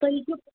تُہۍ ہیٚکِو